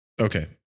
Okay